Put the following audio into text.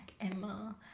Emma